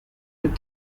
with